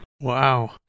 Wow